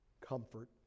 comfort